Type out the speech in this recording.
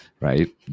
right